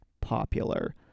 popular